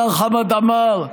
השר חמד עמאר,